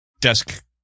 Desk